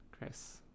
Chris